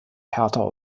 härter